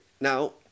Now